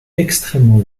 extrêmement